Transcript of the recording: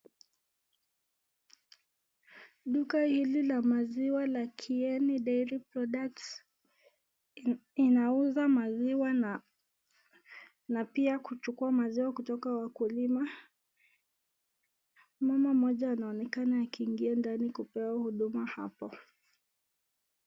Duka hili la maziwa la Kieni Dairy Products, inauza maziwa na pia kuchukua maziwa kutoka wakulima. Mama moja anaonekana akiingia ndani kupewa huduma hapo.